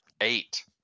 eight